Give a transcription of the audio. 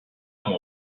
qu’on